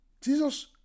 Jesus